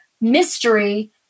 mystery